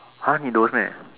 !huh! he don't meh